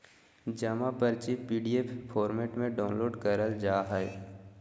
जमा पर्ची PDF format में डाउनलोड करल जा हय